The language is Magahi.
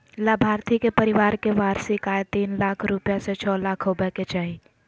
लाभार्थी के परिवार के वार्षिक आय तीन लाख रूपया से छो लाख होबय के चाही